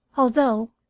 although,